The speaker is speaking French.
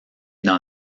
dans